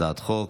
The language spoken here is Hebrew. הצעת חוק,